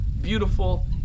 beautiful